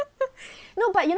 but you know